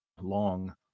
long